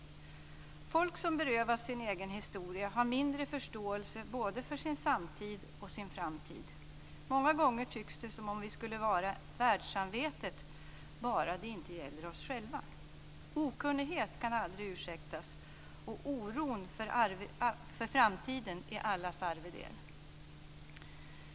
Folk som berövas sin egen historia har mindre förståelse för både sin samtid och sin framtid. Många gånger tycks det som om vi skulle vara världssamvetet bara det inte gäller oss själva. Okunnighet kan aldrig ursäktas, och oron för framtiden är allas arvedel.